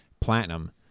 Platinum